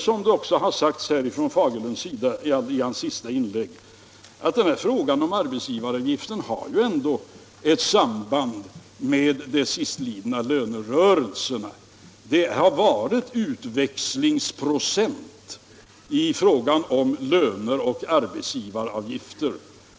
Som herr Fagerlund sade i sitt senaste inlägg har den här frågan om arbetsgivaravgiften ändå ett samband med de sistlidna lönerörelserna. Det har varit fråga om att växla löner och arbetsgivaravgifter.